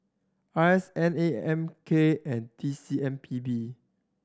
R S N A M K and T C M P B